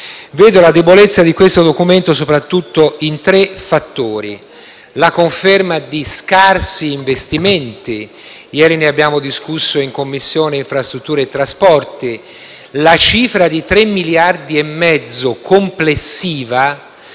Vedo la debolezza di questo Documento soprattutto in tre fattori. La conferma di scarsi investimenti: ieri ne abbiamo discusso in Commissione infrastrutture e trasporti. La cifra complessiva